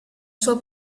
sua